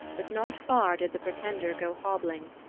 but not far did the pretender go hobbling.